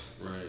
Right